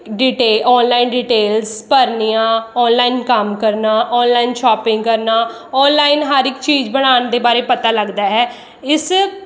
ਡੀਟੇ online details ਭਰਨੀਆ online ਕੰਮ ਕਰਨਾ ਔਨਲਾਈਨ ਸ਼ੌਪਿੰਗ ਕਰਨਾ ਔਨਲਾਈਨ ਹਰ ਇੱਕ ਚੀਜ਼ ਬਣਾਉਣ ਦੇ ਬਾਰੇ ਪਤਾ ਲੱਗਦਾ ਹੈ ਇਸ